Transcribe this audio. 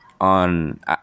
on